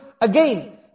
again